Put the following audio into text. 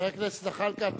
חבר הכנסת זחאלקה,